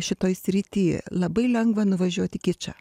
šitoj srity labai lengva nuvažiuot į kičą